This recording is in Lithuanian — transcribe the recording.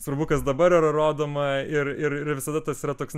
svarbu kas dabar yra rodoma ir ir visada tas yra toks